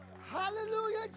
hallelujah